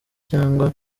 cyangwa